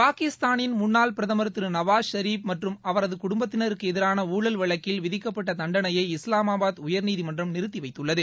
பாகிஸ்தானின் முன்னாள் பிரதமர் திரு நவாஸ் ஷெரீப் மற்றும அவரது குடும்பத்தினருக்கு எதிரான ஊழல் வழக்கில் விதிக்கப்பட்ட தண்டனையை இஸ்லாமாபாத் உயர்நீதிமன்றம் நிறுத்திவைத்துள்ளது